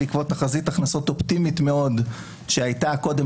בעקבות תחזית הכנסות אופטימית מאוד שהייתה קודם